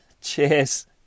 Cheers